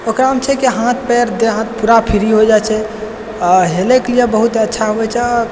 ओकरामे छै की हाथ पएर देह हाथ पूरा फ्री भऽ जाइत छै आ हेलयके लिए बहुत अच्छा होइत छै